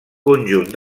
conjunt